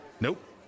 Nope